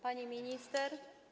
Pani Minister!